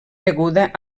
deguda